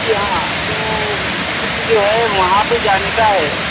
جی ہاں تو میرے کو جو ہے وہاں پہ جانے کا ہے